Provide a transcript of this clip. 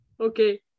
Okay